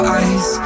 eyes